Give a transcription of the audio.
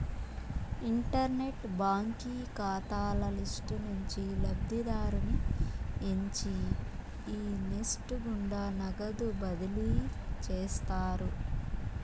internet బాంకీ కాతాల list నుంచి లబ్ధిదారుని ఎంచి ఈ నెస్ట్ గుండా నగదు బదిలీ చేస్తారు